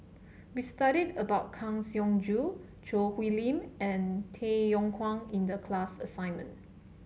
we studied about Kang Siong Joo Choo Hwee Lim and Tay Yong Kwang in the class assignment